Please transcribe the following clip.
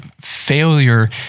failure